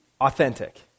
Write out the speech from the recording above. authentic